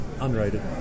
Unrated